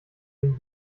den